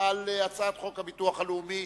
בקריאה שנייה על הצעת חוק הביטוח הלאומי